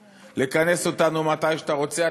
רוצה, לכנס אותנו מתי שאתה רוצה.